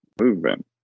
movement